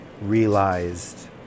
realized